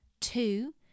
Two